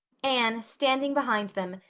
anne, standing behind them,